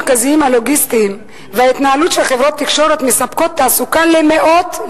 מרכזים לוגיסטיים והנהלות של חברות תקשורת מספקים תעסוקה למאות,